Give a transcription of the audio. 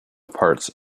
parts